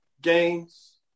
games